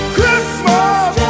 Christmas